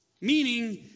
Meaning